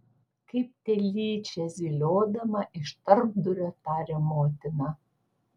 kaip telyčia zyliodama iš tarpdurio taria motina